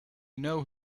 know